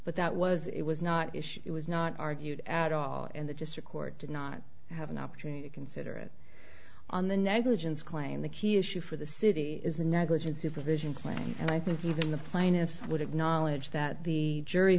but that was it was not issue it was not argued at all and the district court did not have an opportunity to consider it on the negligence claim the key issue for the city is the negligent supervision plan and i think even the plaintiffs would acknowledge that the jury